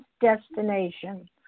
destination